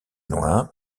loin